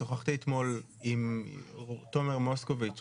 שוחחתי אתמול עם תומר מוסקוביץ',